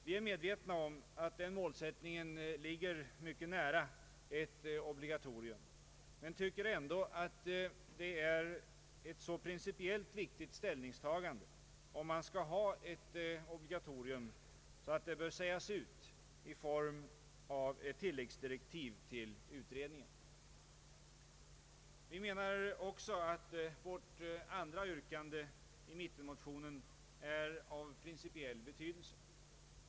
Vi är medvetna om att denna målsättning ligger mycket nära ett obligatorium, men vi tycker ändå att det är ett så viktigt principiellt ställningstagande om man skall ha ett obligatorium, att det bör sägas ut i form av ett tillläggsdirektiv till utredningen. Vi menar också att det andra yrkandet i mittenmotionen är av principiell betydelse.